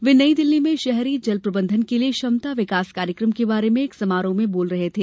वे नई दिल्ली में शहरी जल प्रबंधन के लिए क्षमता विकास कार्यक्रम के बारे में एक समारोह में बोल रहे थे